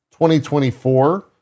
2024